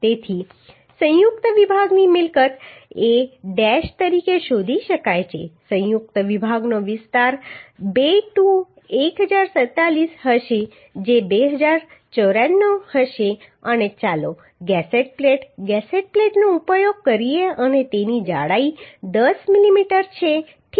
તેથી સંયુક્ત વિભાગની મિલકત A ડૅશ તરીકે શોધી શકાય છે સંયુક્ત વિભાગનો વિસ્તાર 2 ટુ 1047 હશે જે 2094 હશે અને ચાલો ગસેટ પ્લેટ ગસેટ પ્લેટનો ઉપયોગ કરીએ અને તેની જાડાઈ 10 મીમી છે ઠીક છે